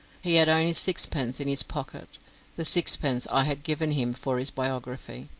he had only sixpence in his pocket the sixpence i had given him for his biography.